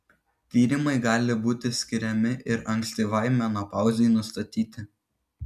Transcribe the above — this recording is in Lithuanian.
tyrimai gali būti skiriami ir ankstyvai menopauzei nustatyti